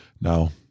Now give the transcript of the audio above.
Now